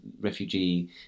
refugee